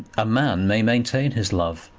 a man may maintain his love,